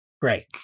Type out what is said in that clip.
Great